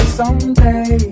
someday